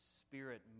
spirit